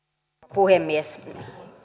puhemies